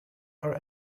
are